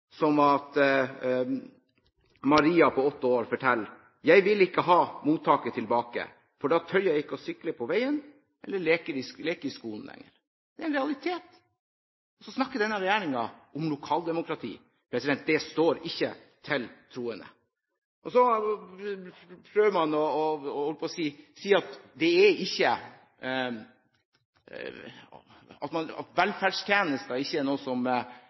Maria på 8 år forteller om: Jeg vil ikke ha mottaket tilbake, for da tør jeg ikke sykle på veien eller leke i skolen lenger. Det er en realitet, og så snakker denne regjeringen om lokaldemokrati. Det står ikke til troende. Så prøver man å si at velferdstjenester ikke er noe som er avhengig av kommunenes økonomi, at man nærmest har fri tilgang til dem. Her er